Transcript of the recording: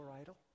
idol